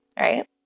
Right